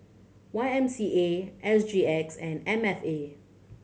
Y M C A S G X and M F A